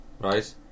right